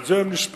על זה הם נשפטו.